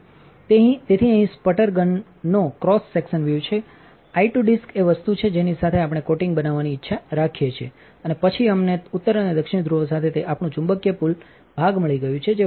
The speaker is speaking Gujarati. તેથી અહીંસ્પટર ગનનોક્રોસ સેક્શન વ્યૂ છે આઇ ટુ ડિસ્ક એ વસ્તુ છે જેની સાથે આપણે કોટિંગ બનાવવાની ઇચ્છા રાખીએ છીએ અને પછી અમને ઉત્તર અને દક્ષિણ ધ્રુવો સાથે તે આપણું ચુંબકીય પુલ ભાગ મળી ગયું છે જે વાંધો નથી